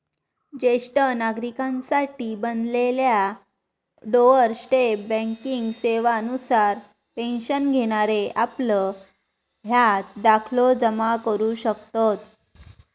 ज्येष्ठ नागरिकांसाठी बनलेल्या डोअर स्टेप बँकिंग सेवा नुसार पेन्शन घेणारे आपलं हयात दाखलो जमा करू शकतत